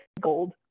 gold